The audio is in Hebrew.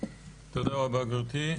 תודה רבה, גברתי.